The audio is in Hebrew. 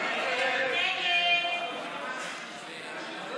ההסתייגות לחלופין (ג) של קבוצת סיעת מרצ לסעיף 2 לא